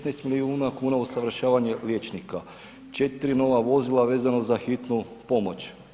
16 milijuna kuna usavršavanje liječnika, 4 nova vozila vezano za hitnu pomoć.